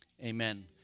Amen